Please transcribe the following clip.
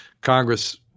Congress